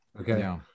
Okay